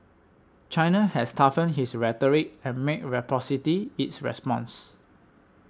China has toughened his rhetoric and made reciprocity its response